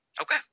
Okay